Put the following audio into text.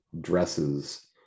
dresses